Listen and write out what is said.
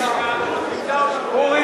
אורי,